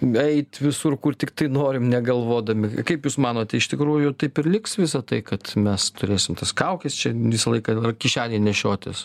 eiti visur kur tiktai norim negalvodami kaip jūs manote iš tikrųjų taip ir liks visą tai kad mes turėsim tas kaukes čia visą laiką ar kišenėj nešiotis